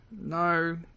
No